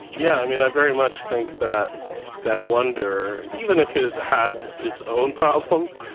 yeah, i mean, i very much think that that wonder, even if it had its own problems,